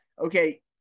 Okay